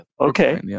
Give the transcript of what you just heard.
Okay